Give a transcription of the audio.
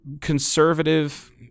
conservative